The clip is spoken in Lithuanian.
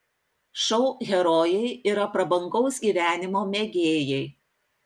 šou herojai yra prabangaus gyvenimo mėgėjai